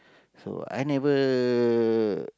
so I never